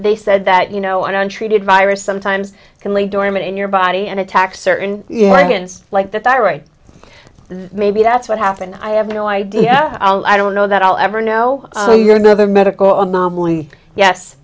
they said that you know and untreated virus sometimes can lay dormant in your body and attack certain like the thyroid the maybe that's what happened i have no idea i don't know that i'll ever know you're never medical i'm only yes